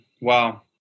Wow